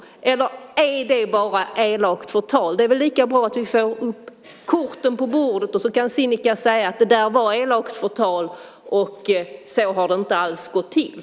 Eller är det bara elakt förtal? Det är lika bra att vi får korten på bordet. Sedan kan Sinikka säga: Det där var elakt förtal, så har det inte alls gått till.